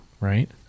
right